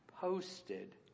posted